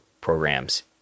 programs